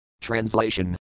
Translation